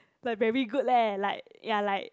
like very good leh like ya like